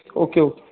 okay okay